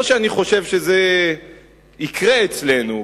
לא שאני חושב שזה יקרה אצלנו,